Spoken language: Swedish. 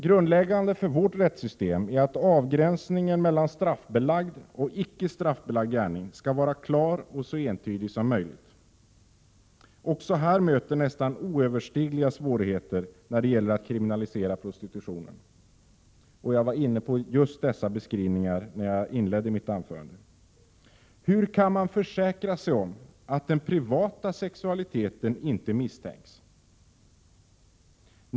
Grundläggande för vårt rättssystem är att avgränsningen mellan straffbelagd och icke straffbelagd gärning skall vara så klar och entydig som möjligt. Också här möter nästan oöverstigliga svårigheter när det gäller att kriminalisera prostitutionen. Jag var inne på just detta i inledningen av mitt anförande. Hur kan man försäkra sig om att den privata sexualiteten inte misstänks?